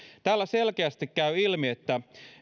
täällä selkeästi käy ilmi että